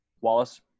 Wallace